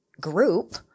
group